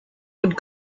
would